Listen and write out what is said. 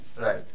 Right